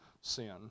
sin